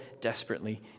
desperately